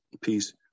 peace